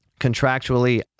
contractually